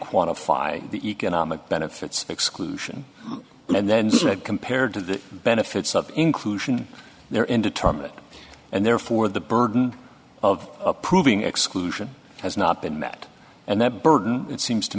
quantify the economic benefits exclusion and then compared to the benefits of inclusion there indeterminate and therefore the burden of proving exclusion has not been met and the burden it seems to